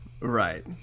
Right